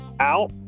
out